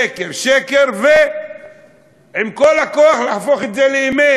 שקר, שקר, ועם כל הכוח להפוך את זה לאמת?